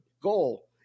goal